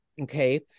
Okay